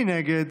מי נגד?